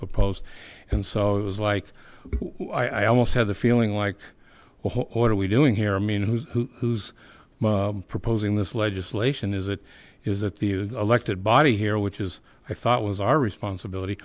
proposed and so it was like i almost had the feeling like what are we doing here i mean who's proposing this legislation is it is that the elected body here which is i thought was our responsibility